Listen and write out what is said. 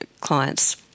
clients